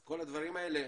כל הדברים האלה,